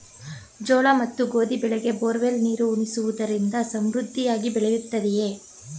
ಜೋಳ ಮತ್ತು ಗೋಧಿ ಬೆಳೆಗೆ ಬೋರ್ವೆಲ್ ನೀರು ಉಣಿಸುವುದರಿಂದ ಸಮೃದ್ಧಿಯಾಗಿ ಬೆಳೆಯುತ್ತದೆಯೇ?